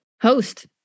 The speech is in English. host